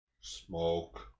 Smoke